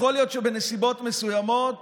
יכול להיות שבנסיבות מסוימות